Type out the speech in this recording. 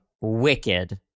wicked